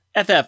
FF